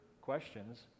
questions